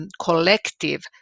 collective